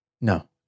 No